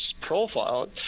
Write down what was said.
profile